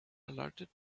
alerted